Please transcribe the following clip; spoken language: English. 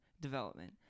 Development